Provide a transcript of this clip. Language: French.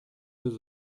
chose